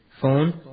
Phone